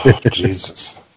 jesus